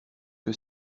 que